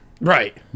Right